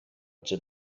czy